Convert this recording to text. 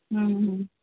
हम्म हम्म